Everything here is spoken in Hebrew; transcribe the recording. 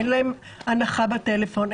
אין להם הנחה בטלפון,